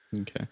Okay